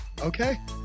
Okay